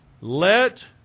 Let